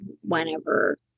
whenever